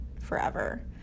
forever